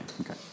okay